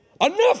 Enough